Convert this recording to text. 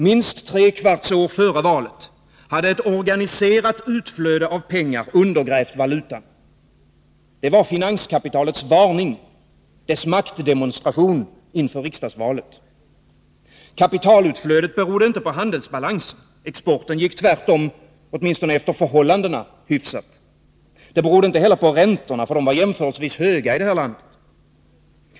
Minst tre kvarts år före valet hade ett organiserat utflöde av pengar undergrävt valutan. Det var finanskapitalets varning, dess maktdemonstration inför riksdagsvalet. Kapitalutflödet berodde inte på handelsbalansen — exporten gick tvärtom åtminstone efter förhållandena hyfsat. Det berodde inte på räntorna — de var jämförelsevis höga här i landet.